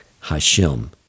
Hashem